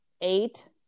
eight